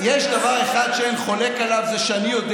אם יש דבר אחד שאין חולק עליו זה שאני יודע